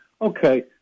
Okay